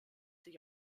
sich